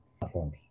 platforms